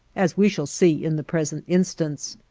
as we shall see in the present instance.